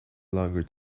longer